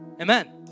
amen